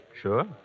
Sure